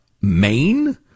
Maine